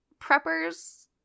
preppers